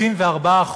34%,